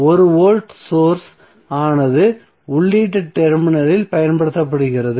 1 volt source ஆனது உள்ளீட்டு terminals இல் பயன்படுத்தப்படுகிறது